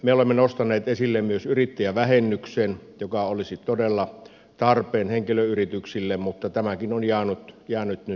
me olemme nostaneet esille myös yrittäjävähennyksen joka olisi todella tarpeen henkilöyrityksille mutta tämäkin on jäänyt nyt toteuttamatta